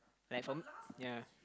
platform ya